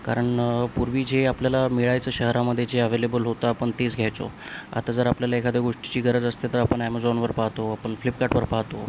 कारण पूर्वी जे आपल्याला मिळायचं शहरामध्ये जे अववेलेबल होतं आपण तेच घ्यायचो आता जर आपल्याला एखाद्या गोष्टीची गरज असते तर आपण ॲमेझॉनवर पाहातो आपण फ्लिपकार्टवर पाहतो